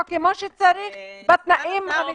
כמו שצריך בתנאים המיטיבים --- סגן השר,